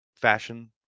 fashion